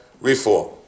Reform